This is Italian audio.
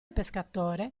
pescatore